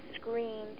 screen